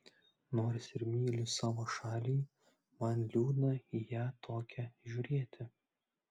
nors ir myliu savo šalį man liūdna į ją tokią žiūrėti